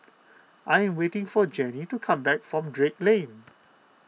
I am waiting for Janey to come back from Drake Lane